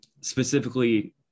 specifically